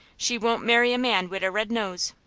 she won't marry a man wid a red nose.